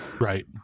Right